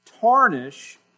tarnish